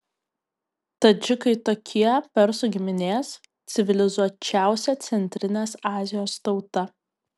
tadžikai tokie persų giminės civilizuočiausia centrinės azijos tauta